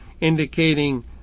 indicating